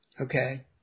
Okay